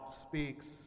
speaks